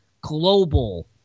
global